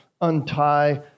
untie